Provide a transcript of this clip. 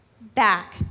back